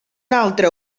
altre